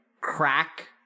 crack